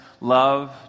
love